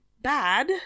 bad